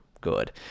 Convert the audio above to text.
good